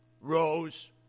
rose